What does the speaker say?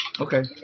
Okay